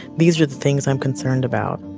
these are the things i'm concerned about.